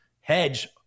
hedge